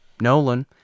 Nolan